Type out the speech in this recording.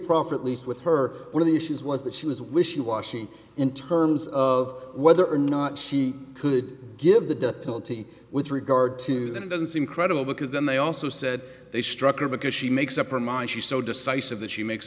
profit least with her one of the issues was that she was wishy washy in terms of whether or not she could give the death penalty with regard to that it didn't seem credible because then they also said they struck her because she makes up her mind she's so decisive that she makes